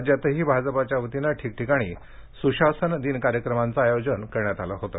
राज्यातही भाजपाच्या वतीनं ठिकठिकाणी सुशासन दिन कार्यक्रमांचं आयोजन करण्यात आलं होतं